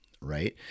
right